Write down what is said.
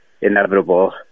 inevitable